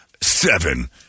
Seven